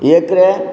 ଏକରେ